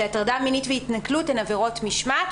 לעגן באותו הסדר שהטרדה מינית והתנכלות הן עבירות משמעת,